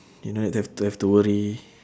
you no need to have to have to worry